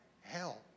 Hell